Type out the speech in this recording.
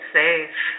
safe